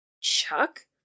Chuck